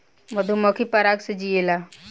मधुमक्खी पराग से जियेले